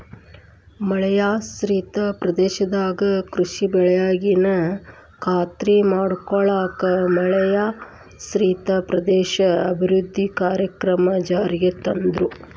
ಮಳೆಯಾಶ್ರಿತ ಪ್ರದೇಶದಾಗ ಕೃಷಿ ಬೆಳವಣಿಗೆನ ಖಾತ್ರಿ ಮಾಡ್ಕೊಳ್ಳಾಕ ಮಳೆಯಾಶ್ರಿತ ಪ್ರದೇಶ ಅಭಿವೃದ್ಧಿ ಕಾರ್ಯಕ್ರಮ ಜಾರಿಗೆ ತಂದ್ರು